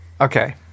Okay